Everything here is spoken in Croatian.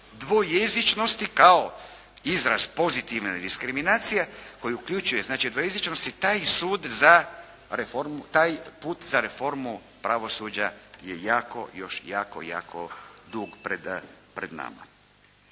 dvojezičnosti kao izraz pozitivne diskriminacije koji uključuje znači dvojezičnosti, znači taj put za reformu pravosuđa je jako, još jako dug pred nama.